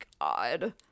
God